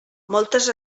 moltes